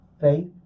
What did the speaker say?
faith